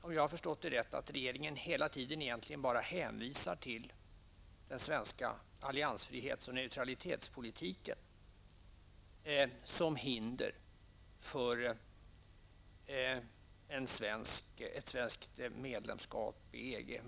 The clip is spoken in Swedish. Om jag har förstått det rätt, hänvisar regeringen hela tiden egentligen bara till den svenska alliansfrihets och neutralitetspolitiken som hinder för ett svenskt medlemskap i EG.